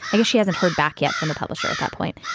i guess she hasn't heard back yet from the publisher at that point.